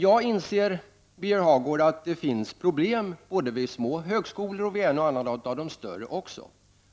Jag inser, Birger Hagård, att det finns problem både vid små högskolor och vid en och annan av de större.